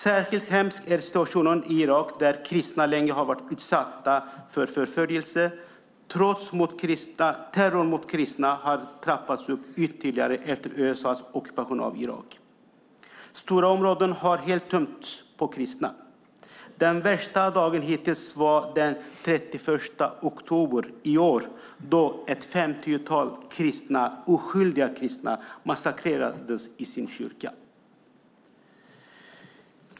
Särskilt hemsk är situationen i Irak där kristna länge har varit utsatta för förföljelse. Terrorn mot kristna har trappats upp ytterligare efter USA:s ockupation av Irak. Stora områden har helt tömts på kristna. Den värsta dagen hittills var den 31 oktober i år då ett femtiotal oskyldiga kristna massakrerades i sin kyrka.